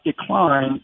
decline